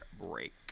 break